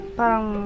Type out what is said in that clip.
parang